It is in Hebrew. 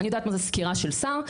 אני יודעת מה זה סקירה של שר,